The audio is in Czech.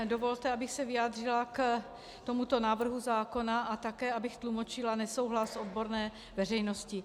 Dovolte, abych se vyjádřila k tomuto návrhu zákona a také abych tlumočila nesouhlas odborné veřejnosti.